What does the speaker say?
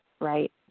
right